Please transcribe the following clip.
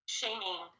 shaming